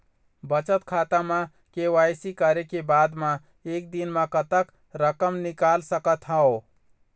बचत खाता म के.वाई.सी करे के बाद म एक दिन म कतेक रकम निकाल सकत हव?